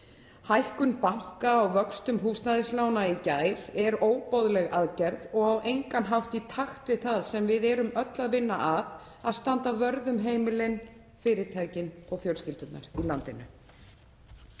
Hækkun banka á vöxtum húsnæðislána í gær er óboðleg aðgerð og á engan hátt í takt við það sem við erum öll að vinna að; að standa vörð um heimilin, fyrirtækin og fjölskyldurnar í landinu.